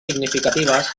significatives